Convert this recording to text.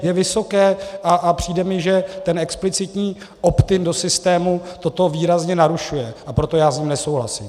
Je vysoké a přijde mi, že ten explicitní optin do systému toto výrazně narušuje, a proto já s ním nesouhlasím.